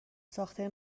ساخته